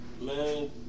man